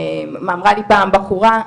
אמרה לי פעם בחורה: